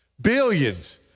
Billions